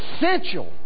essential